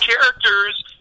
characters